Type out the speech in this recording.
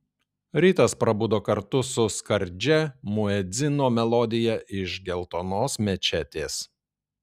rytas prabudo kartu su skardžia muedzino melodija iš geltonos mečetės